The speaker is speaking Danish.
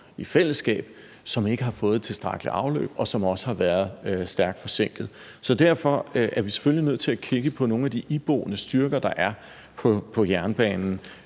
i fællesskab, som ikke har fået tilstrækkeligt afløb, og som også har været stærkt forsinkede. Så derfor er vi selvfølgelig nødt til at kigge på nogle af de iboende styrker, der er i jernbanen.